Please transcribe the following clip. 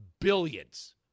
Billions